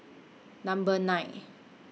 Number nine